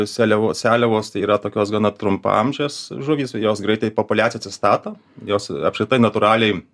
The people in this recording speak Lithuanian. seliavo seliavos tai yra tokios gana trumpaamžės žuvys jos greitai populiacija atsistato jos apskritai natūraliai